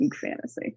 fantasy